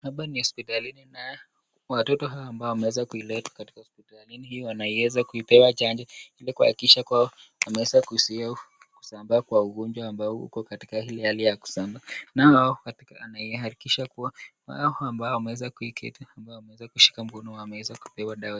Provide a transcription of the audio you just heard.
Hapa ni hospitalini na watoto hawa ambao wameweza kuletwa katika hospitalini hiyo, wanaieza kuipewa chanjo ili kuhakikisha kuwa wameweza kuzuia kusambaa kwa ugonjwa ambao uko katika ile hali ya kusambaa. Nao hao anahakikikisha kuwa hao ambao wameweza kuketi ambao wameweza kushika mkono, wameweza kupewa dawa.